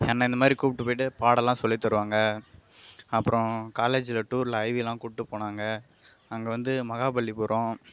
என்ன இந்த மாரி கூப்பிடு போயிட்டு பாடம்லாம் சொல்லித்தருவாங்க அப்றம் காலேஜில் டூரில் ஐவிலாம் கூட்டு போனாங்க அங்கே வந்து மகாபலிபுரம்